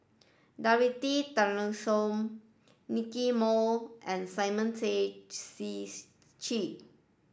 Dorothy Tessensohn Nicky Moey and Simon Tay Seong Chee